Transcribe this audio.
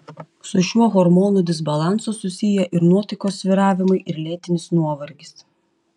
su šiuo hormonų disbalansu susiję ir nuotaikos svyravimai ir lėtinis nuovargis